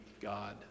God